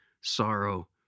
sorrow